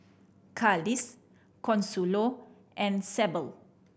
Consuelo and Sable